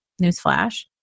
newsflash